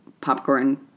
popcorn